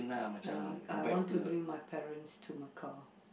ah I want to bring my parents to Macau